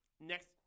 Next